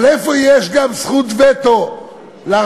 אבל איפה יש גם זכות וטו לרב?